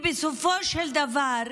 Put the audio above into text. בסופו של דבר,